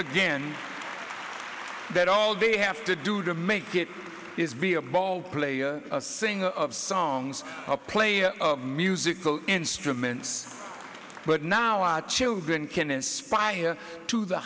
again that all they have to do to make good is be a ball player a singer of songs a play of musical instruments but now our children can aspire to the